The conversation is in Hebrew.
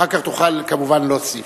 אחר כך תוכל, כמובן, להוסיף.